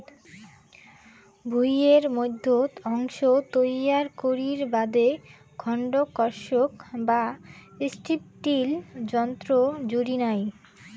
ভুঁইয়ের মইধ্যত অংশ তৈয়ার করির বাদে খন্ড কর্ষক বা স্ট্রিপ টিল যন্ত্রর জুড়ি নাই